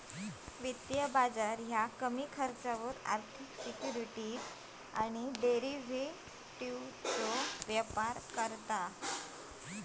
वित्तीय बाजार कमी खर्चावर आर्थिक सिक्युरिटीज आणि डेरिव्हेटिवजचो व्यापार करता